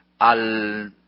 al